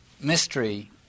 mystery